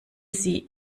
sie